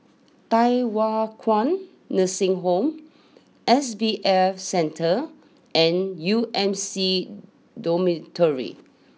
Thye Hua Kwan Nursing Home S B F Center and U M C Dormitory